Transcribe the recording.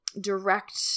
direct